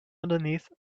underneath